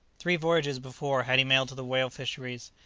three voyages before had he made to the whale-fisheries,